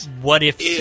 what-if